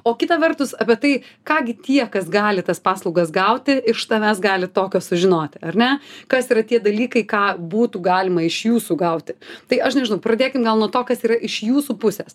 o kita vertus apie tai ką gi tie kas gali tas paslaugas gauti iš tavęs gali tokio sužinoti ar ne kas yra tie dalykai ką būtų galima iš jūsų gauti tai aš nežinau pradėkim gal nuo to kas yra iš jūsų pusės